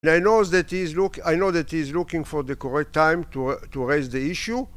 אני יכול להגיד שאני יודע שהוא מחכה על הזמן הנכון להקבל את העניין